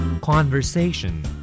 Conversation